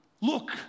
look